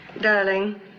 Darling